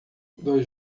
dois